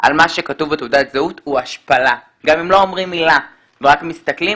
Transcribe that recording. על מה שכתוב בתעודת זהות הוא השפלה גם אם לא אומרים מילה ורק מסתכלים,